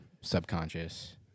subconscious